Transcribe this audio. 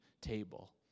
table